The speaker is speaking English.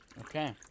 Okay